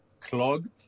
clogged